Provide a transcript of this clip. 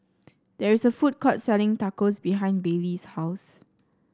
there is a food court selling Tacos behind Bailey's house